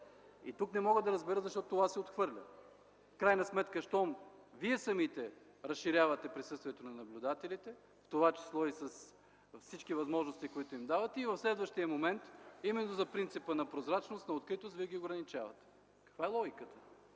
И тук не мога да разбера защо това се отхвърля. В крайна сметка щом вие самите разширявате присъствието на наблюдателите, в това число и с всички възможности, които има давате, в следващия момент именно на принципа на прозрачност, на откритост, вие ги ограничавате. Каква е логиката?